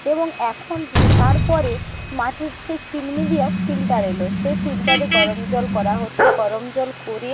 এবং এখন তারপরে মাটির সেই চিমনি দেয়া ফিল্টার এল সেই ফিল্টারে গরম জল করা হতো গরম জল করে